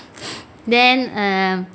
then err